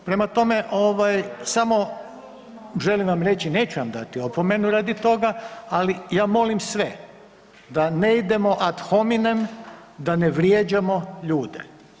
Prema tome, samo želim vam reći, neću vam dati opomenu radi toga ali ja molim sve da ne idemo ad hominem, da ne vrijeđamo ljude.